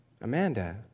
Amanda